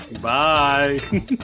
Bye